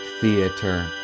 Theater